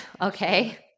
Okay